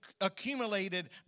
accumulated